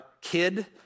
kid